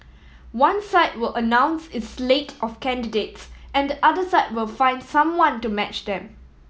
one side will announce its slate of candidates and the other side will find someone to match them